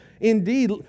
indeed